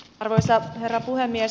arvoisa herra puhemies